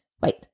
Wait